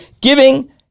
giving